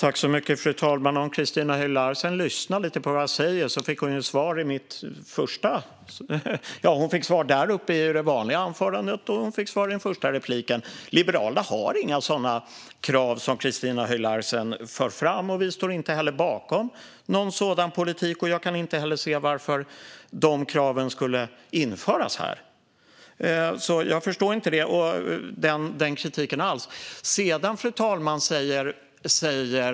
Fru talman! Om Christina Höj Larsen lyssnat lite på vad jag sa fick hon svar från talarstolen i huvudanförandet och hon fick svar i den första repliken. Liberalerna har inte några sådana krav som Christina Höj Larsen för fram. Vi står heller inte bakom någon sådan politik. Jag kan inte heller se varför de kraven skulle införas här. Jag förstår inte alls den kritiken. Fru talman!